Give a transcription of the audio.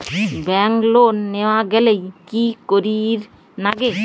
Bank loan নেওয়ার গেইলে কি করীর নাগে?